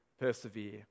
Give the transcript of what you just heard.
persevere